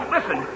Listen